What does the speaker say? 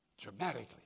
dramatically